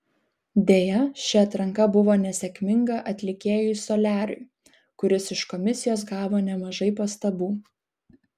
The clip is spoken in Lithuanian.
deja ši atranka buvo nesėkminga atlikėjui soliariui kuris iš komisijos gavo nemažai pastabų